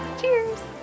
Cheers